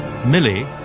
Millie